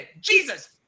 Jesus